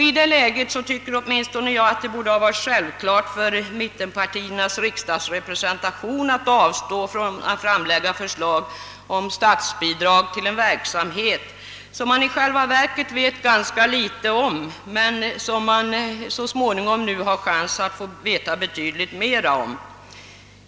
I det läget tycker jag att det borde ha varit självklart för mittenpartiernas riksdagsrepresentation att avstå från att framlägga förslag om statsbidrag till en verksamhet som man i själva verket vet ganska litet om men som man så småningom får möjligheter att veta betydligt mera om.